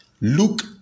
Look